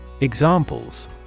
Examples